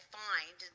find